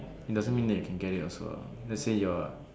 it doesn't mean you can get it also lah let's say your